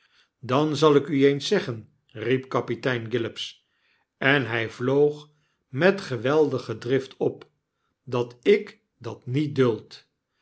dan zal ik u eens zeggen riep kapitein gillops en hij vloog met geweldige drift op dat ik dat niet duld